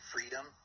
freedom